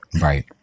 Right